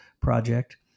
project